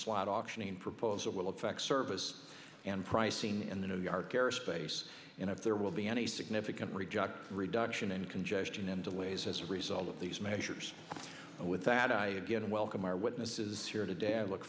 slot auctioning proposal will affect service and pricing in the new york airspace and if there will be any significant reject a reduction in congestion and delays as a real all of these measures and with that i again welcome our witnesses here today i look